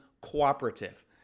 cooperative